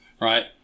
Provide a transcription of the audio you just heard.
right